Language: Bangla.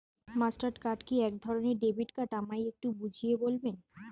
মাস্টার কার্ড কি একধরণের ডেবিট কার্ড আমায় একটু বুঝিয়ে বলবেন?